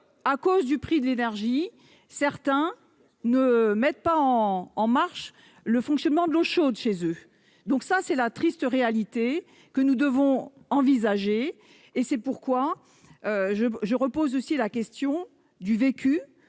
à cause du prix de l'énergie, certains ne mettent pas en en marche le fonctionnement de l'eau chaude chez eux, donc ça c'est la triste réalité que nous devons envisager et c'est pourquoi je je repose aussi la question du vécu